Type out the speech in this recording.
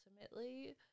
Ultimately